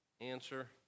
answer